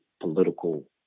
political